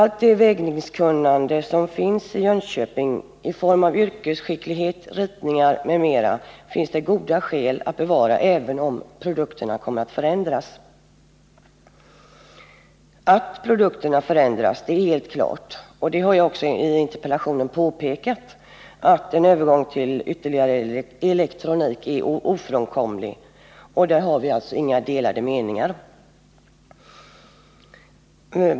Allt det vägningskunnande som finns i Jönköping i form av yrkesskicklighet, ritningar m.m. finns det goda skäl att bevara, även om produkterna förändras. Att produkterna kommer att förändras är helt klart, och jag har i interpellationen också påpekat att en övergång till ytterligare elektronik är ofrånkomlig. Här finns det alltså inga delade meningar.